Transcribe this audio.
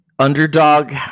underdog